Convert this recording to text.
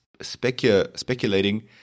speculating